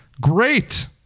great